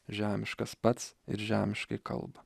žemiškas pats ir žemiškai kalba